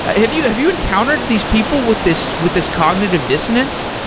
have you have you and countered these people with this with this cognitive dissonance?